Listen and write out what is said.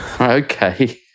Okay